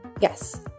Yes